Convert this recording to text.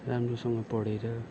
राम्रोसँग पढेर